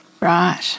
Right